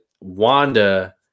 Wanda